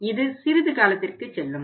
இது சிறிது காலத்திற்கு செல்லும்